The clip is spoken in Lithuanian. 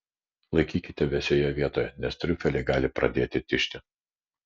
laikykite vėsioje vietoje nes triufeliai gali pradėti tižti